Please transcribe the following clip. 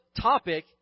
topic